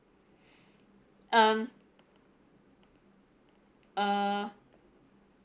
um uh